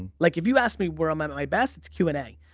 like if you asked me where i'm i'm at my best. it's q and a.